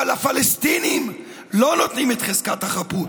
אבל לפלסטינים לא נותנים את חזקת החפות.